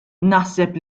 naħseb